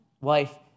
wife